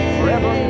forever